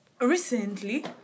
recently